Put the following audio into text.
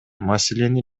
маселени